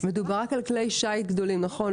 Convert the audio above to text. מדובר רק על כלי שיט גדולים, נכון?